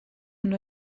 una